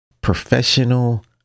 professional